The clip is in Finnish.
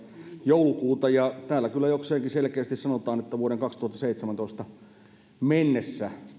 joulukuuta ja täällä kyllä jokseenkin selkeästi sanotaan että vuoteen kaksituhattaseitsemäntoista mennessä